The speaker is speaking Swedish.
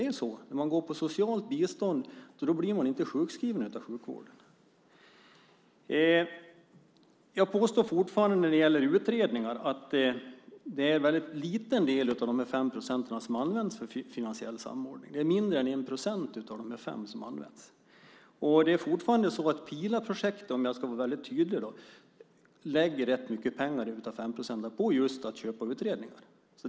När man har socialt bistånd blir man inte sjukskriven av sjukvården. Jag påstår fortfarande när det gäller utredningar att en väldigt liten del av de 5 procenten har använts för finansiell samordning. Det är mindre än 1 procent av de 5 procenten som använts. Om jag ska vara väldigt tydlig lägger Pilaprojektet väldigt mycket pengar av de 5 procenten just på att köpa utredningar.